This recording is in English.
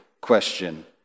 question